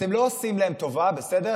אתם לא עושים להם טובה, בסדר?